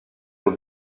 aux